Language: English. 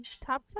Top